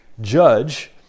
judge